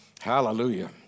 Hallelujah